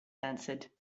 answered